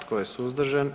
Tko je suzdržan?